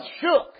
shook